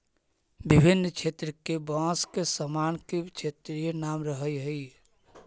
विभिन्न क्षेत्र के बाँस के सामान के क्षेत्रीय नाम रहऽ हइ